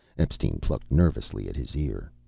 epstein plucked nervously at his ear.